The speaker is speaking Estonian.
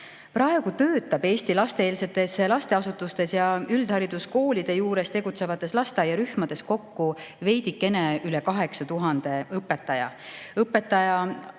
Praegu töötab Eesti koolieelsetes lasteasutustes ja üldhariduskoolide juures tegutsevates lasteaiarühmades kokku veidikene üle 8000 õpetaja. Õpetajaid